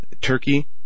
Turkey